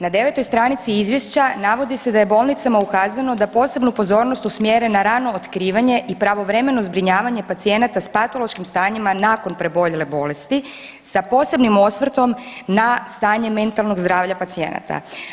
Na 9. stranici izvješća navodi se da je bolnicama ukazano da posebnu pozornost usmjere na rano otkrivanje i pravovremeno zbrinjavanje pacijenata sa patološkim stanjima nakon preboljele bolesti sa posebnim osvrtom na stanje mentalnog zdravlja pacijenata.